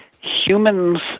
humans